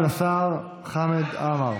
נהיה